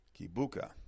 Kibuka